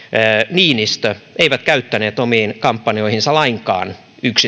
niinistö eivät käyttäneet omiin kampanjoihinsa lainkaan